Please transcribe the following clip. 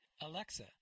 Alexa